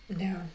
no